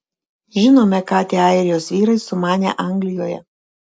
žinome ką tie airijos vyrai sumanė anglijoje